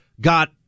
got